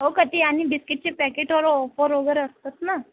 हो का ते आणि बिस्किटचे पॅकेटवर ओफर वगैरे असतात ना